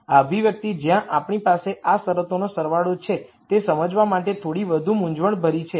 આ અભિવ્યક્તિ જ્યાં આપણી પાસે આ શરતોનો સરવાળો છે તે સમજવા માટે થોડી વધુ મૂંઝવણભરી છે